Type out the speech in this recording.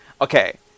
Okay